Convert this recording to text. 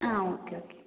ആ okay okay